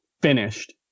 finished